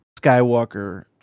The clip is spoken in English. Skywalker